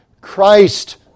Christ